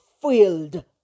filled